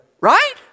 right